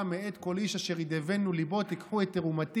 מאת כל איש אשר יִדְּבֶנּוּ לִבו תִקחו את תרומתי.